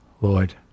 Lord